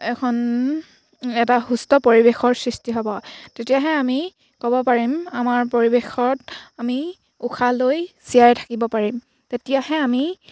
এখন এটা সুস্থ পৰিৱেশৰ সৃষ্টি হ'ব তেতিয়াহে আমি ক'ব পাৰিম আমাৰ পৰিৱেশত আমি উশাহ লৈ জীয়াই থাকিব পাৰিম তেতিয়াহে আমি